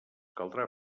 caldrà